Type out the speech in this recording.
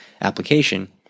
application